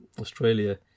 Australia